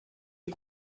est